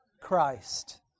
Christ